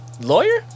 Lawyer